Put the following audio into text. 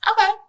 Okay